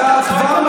אתה צועק עליי?